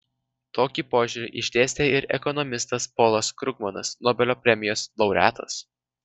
tokį požiūrį išdėstė ir ekonomistas polas krugmanas nobelio premijos laureatas